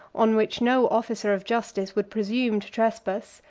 on which no officer of justice would presume to trespass,